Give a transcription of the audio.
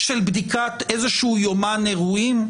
של בדיקת איזשהו יומן אירועים?